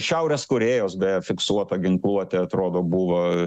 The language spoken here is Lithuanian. šiaurės korėjos beje fiksuota ginkluotė atrodo buvo